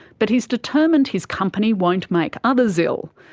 but he's determined his company won't make others ill.